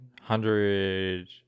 hundred